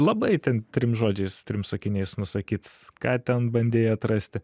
labai ten trim žodžiais trim sakiniais nusakyt ką ten bandei atrasti